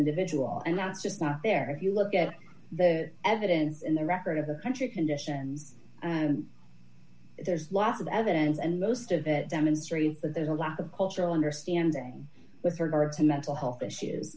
individual and that's just not there you look at the evidence in the record of the country conditions there's lots of evidence and most of that demonstrating that there's a lack of cultural understanding with regard to mental health issues